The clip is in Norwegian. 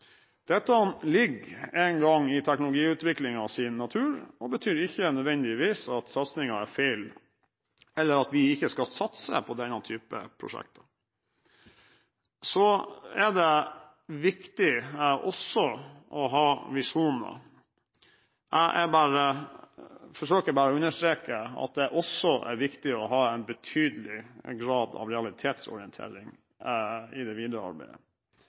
Dette ligger nå engang i teknologiutviklingens natur og betyr ikke nødvendigvis at satsingen er feil, eller at vi ikke skal satse på denne type prosjekter. Så er det også viktig å ha visjoner. Jeg forsøker bare å understreke at det også er viktig å ha en betydelig grad av realitetsorientering i det videre arbeidet.